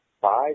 five